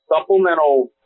supplemental